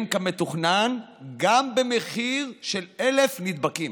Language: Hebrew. כמתוכנן גם במחיר של 1,000 נדבקים.